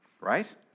right